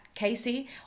Casey